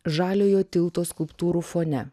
žaliojo tilto skulptūrų fone